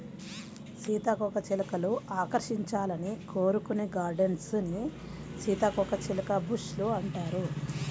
సీతాకోకచిలుకలు ఆకర్షించాలని కోరుకునే గార్డెన్స్ ని సీతాకోకచిలుక బుష్ లు అంటారు